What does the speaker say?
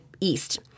East